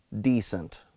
decent